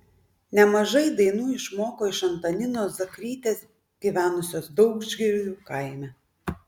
nemažai dainų išmoko iš antaninos zakrytės gyvenusios daudžgirių kaime